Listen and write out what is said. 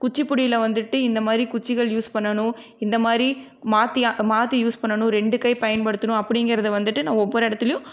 குச்சிப்புடியில வந்துட்டு இந்த மாதிரி குச்சிகள் யூஸ் பண்ணணும் இந்த மாதிரி மாற்றி மாற்றி யூஸ் பண்ணணும் ரெண்டு கை பயன்படுத்தணும் அப்படிங்கறத வந்துட்டு நான் ஒவ்வொரு இடத்லியும்